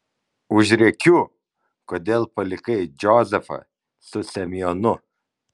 užrėkiu kodėl palikai džozefą su semionu